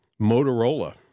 Motorola